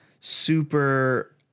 super